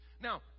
Now